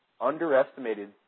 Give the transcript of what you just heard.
underestimated